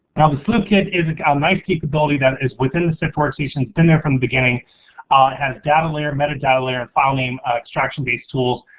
now the sleuth kit is a um nice capability that is within the sift workstation, it's been there from the beginning, it has data layer, metadata layer, file name extraction-based tools.